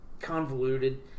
convoluted